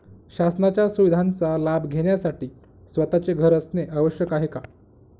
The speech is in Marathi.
शासनाच्या सुविधांचा लाभ घेण्यासाठी स्वतःचे घर असणे आवश्यक आहे का?